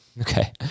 Okay